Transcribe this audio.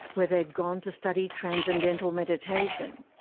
where they'd gone to study transcendental meditation.